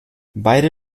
beide